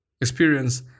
experience